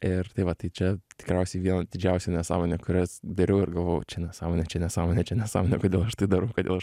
ir tai va tai čia tikriausiai viena didžiausių nesąmonė kurias dariau ir galvojau čia nesąmonė čia nesąmonė čia nesąmonė kodėl aš tai darau kodėl aš